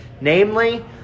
Namely